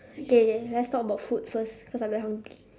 ya ya let's talk about food first cause I very hungry